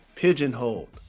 Pigeonholed